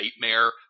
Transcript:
nightmare